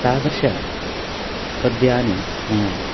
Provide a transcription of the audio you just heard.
तादृशपद्यानि मया